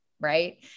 Right